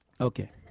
Okay